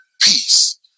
peace